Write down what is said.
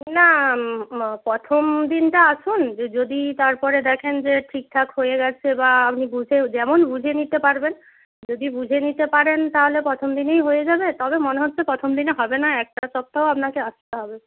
না প্রথম দিনটা আসুন দিয়ে যদি তারপরে দেখেন যে ঠিকঠাক হয়ে গেছে বা আপনি বুঝে যেমন বুঝে নিতে পারবেন যদি বুঝে নিতে পারেন তাহলে প্রথম দিনেই হয়ে যাবে তবে মনে হচ্ছে প্রথম দিনে হবে না একটা সপ্তাহ আপনাকে আসতে হবে